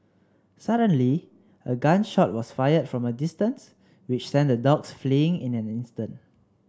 suddenly a gun shot was fired from a distance which sent the dogs fleeing in an instant